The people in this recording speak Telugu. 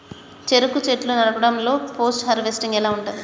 చెరుకు చెట్లు నరకడం లో పోస్ట్ హార్వెస్టింగ్ ఎలా ఉంటది?